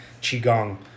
qigong